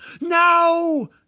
No